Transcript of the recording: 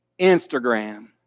Instagram